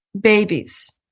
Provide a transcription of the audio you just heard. babies